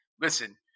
listen